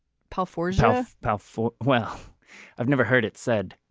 paul force how powerful. well i've never heard it said.